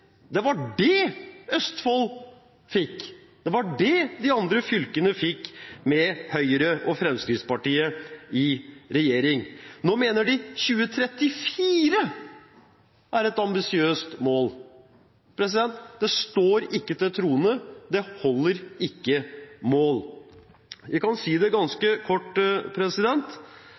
Det var det Østfold fikk, det var det de andre fylkene fikk – med Høyre og Fremskrittspartiet i regjering. Nå mener de at 2034 er et ambisiøst mål. Det står ikke til troende, det holder ikke mål. Vi kan si det ganske kort,